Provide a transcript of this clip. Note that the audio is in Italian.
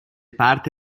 parte